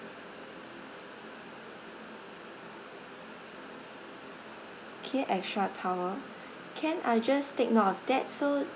K extra towel can I'll just take note of that so